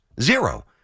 zero